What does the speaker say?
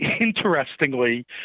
interestingly